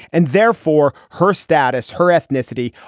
and therefore, her status, her ethnicity,